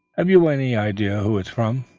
have you any idea who it's from?